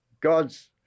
God's